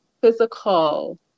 physical